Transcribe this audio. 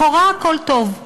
לכאורה הכול טוב.